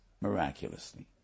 miraculously